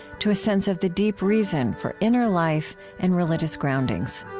to a sense of the deep reason for inner life and religious groundings